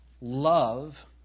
love